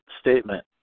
statement